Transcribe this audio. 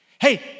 Hey